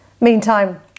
Meantime